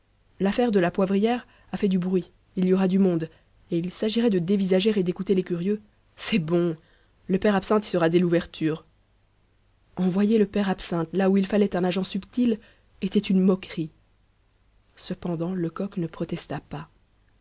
l'affaire de la poivrière a fait du bruit il y aura du monde et il s'agirait de dévisager et d'écouter les curieux c'est bon le père absinthe y sera dès l'ouverture envoyer le père absinthe là où il fallait un agent subtil était une moquerie cependant lecoq ne protesta pas